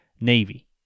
Navy